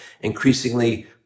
increasingly